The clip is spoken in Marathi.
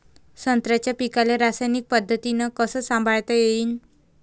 संत्र्याच्या पीकाले रासायनिक पद्धतीनं कस संभाळता येईन?